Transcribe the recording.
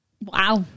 wow